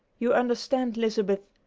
you understand, lizabeth,